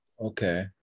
okay